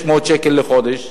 וזה 600 שקל בחודש.